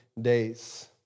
days